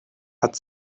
hat